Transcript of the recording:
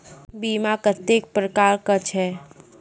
बीमा कत्तेक प्रकारक छै?